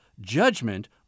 judgment